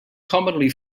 commonly